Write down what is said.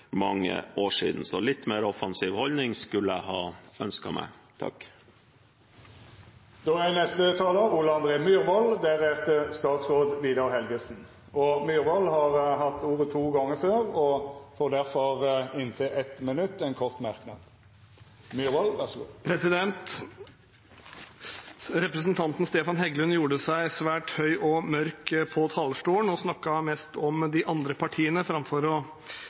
Så en litt mer offensiv holdning skulle jeg ha ønsket meg. Representanten Ole André Myhrvold har hatt ordet to gonger tidlegare og får ordet til ein kort merknad, avgrensa til 1 minutt. Representanten Stefan Heggelund gjorde seg svært høy og mørk på talerstolen og snakket mest om de andre partiene framfor